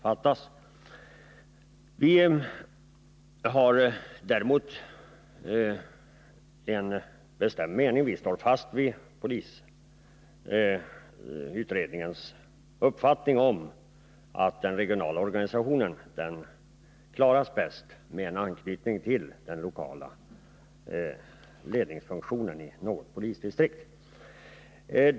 Däremot har vi den bestämda meningen — vi står här fast vid polisutredningens bedömning — att den regionala organisationen klaras bäst om det finns en anknytning till den lokala ledningsfunktionen i något polisdi Nr 108 strikt.